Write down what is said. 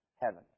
heaven